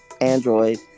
Android